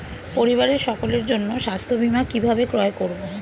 পরিবারের সকলের জন্য স্বাস্থ্য বীমা কিভাবে ক্রয় করব?